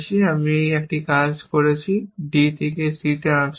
আমি একটি কাজ করেছি d থেকে c আনস্ট্যাক করা